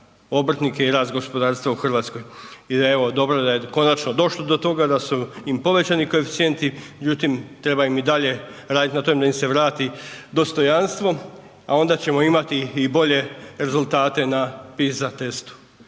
obrtnike i rast gospodarstva u Hrvatskoj. Dobro je da je konačno došlo do toga da su im povećani koeficijenti, međutim treba i dalje raditi na tome da im se vrati dostojanstvo, a onda ćemo imati i bolje rezultate na PISA testu